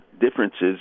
differences